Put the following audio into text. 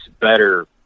better